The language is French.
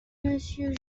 monsieur